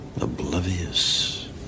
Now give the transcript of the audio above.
Oblivious